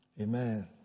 Amen